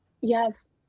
Yes